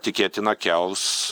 tikėtina kels